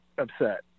upset